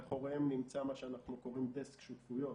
מאחוריהם נמצא מה שאנחנו קוראים דסק שותפויות